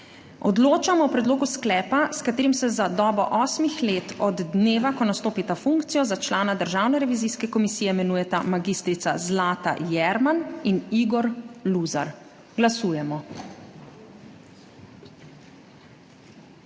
Odločamo o predlogu sklepa, s katerim se za dobo osmih let od dneva, ko nastopita funkcijo, za člana Državne revizijske komisije imenujeta mag. Zlata Jerman in Igor Luzar. Glasujemo.